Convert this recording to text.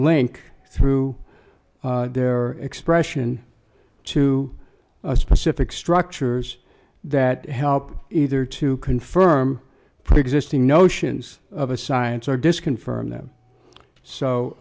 link through their expression to a specific structures that help either to confirm preexisting notions of a science or disconfirm them